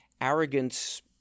arrogance